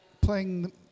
playing